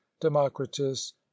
democritus